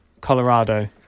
colorado